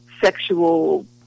sexual